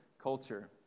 culture